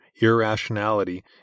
irrationality